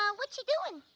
what you doing?